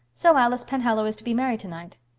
so alice penhallow is to be married tonight.